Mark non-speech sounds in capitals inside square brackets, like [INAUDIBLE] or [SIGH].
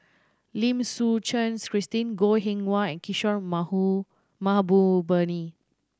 Lim Suchen Christine Goh Eng Wah and Kishore [UNINTELLIGIBLE] Mahbubani